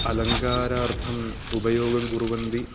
अलङ्कारार्थम् उपयोगं कुर्वन्ति